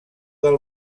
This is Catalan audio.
del